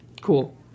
cool